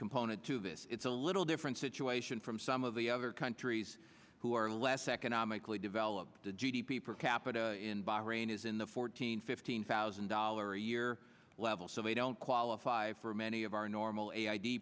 component to this it's a little different situation from some of the other countries who are less economically developed the g d p per capita in bahrain is in the fourteen fifteen thousand dollars a year level so they don't qualify for many of our normal a i d